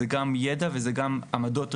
זה גם ידע וזה גם עמדות רגשיות,